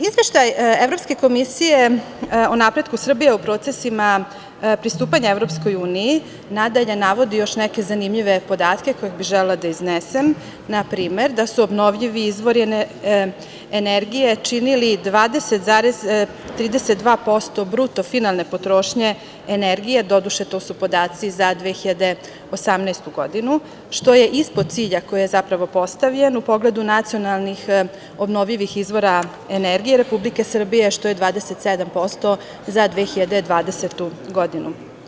Izveštaj Evropske komisije o napretku Srbije, u procesima pristupanja Evropskoj uniji najdalje navodi još neke zanimljive podatke koje bih želela da iznesem, na primer da su obnovljivi izvori energije činili 20,32% bruto finalne potrošnje energije, doduše to su podaci za 2018. godinu, što je ispod cilja koji je zapravo postavljen u pogledu nacionalnih obnovljivih izvora energije Republike Srbije, što je 27% za 2020. godinu.